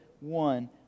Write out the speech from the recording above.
one